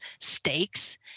stakes